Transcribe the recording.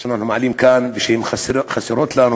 שאנחנו מעלים כאן ושהן חסרות לנו.